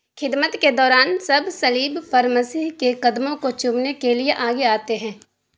خدمت کے دوران سب صلیب پر مسیح کے قدموں کو چومنے کے لیے آگے آتے ہیں